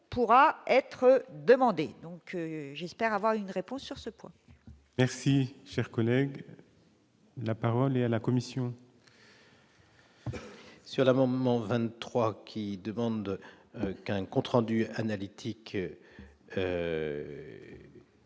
pourra être demandé donc j'espère avoir une réponse sur ce point. Merci, cher collègue, la parole est à la Commission. Sur la moment 23 qui demande quand même compte-rendu analytique.